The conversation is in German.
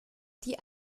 die